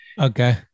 Okay